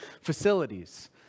facilities